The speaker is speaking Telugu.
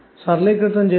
సరళీకృతం చేస్తే